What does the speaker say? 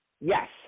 Yes